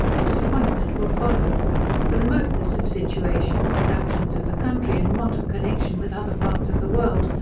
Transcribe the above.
disappointment will follow the remoteness of situation, productions of the country, and want of connection with other parts of the world,